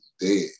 dead